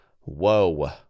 whoa